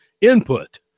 input